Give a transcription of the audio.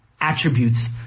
attributes